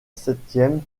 septième